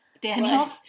daniel